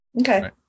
Okay